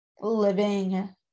living